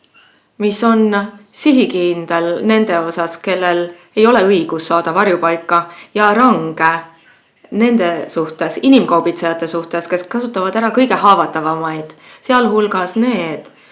kaitset, sihikindel nende suhtes, kellel ei ole õigust saada varjupaika, ja range inimkaubitsejate suhtes, kes kasutavad ära kõige haavatavamaid. Sealhulgas on need,